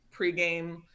pregame